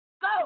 Go